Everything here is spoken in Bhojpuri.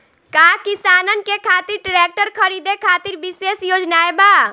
का किसानन के खातिर ट्रैक्टर खरीदे खातिर विशेष योजनाएं बा?